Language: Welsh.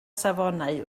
safonau